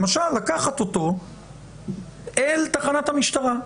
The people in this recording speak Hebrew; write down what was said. למשל לקחת אותו אל תחנת המשטרה.